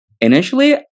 initially